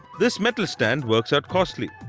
this metal stand works out costly.